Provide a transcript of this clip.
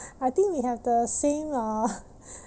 I think we have the same uh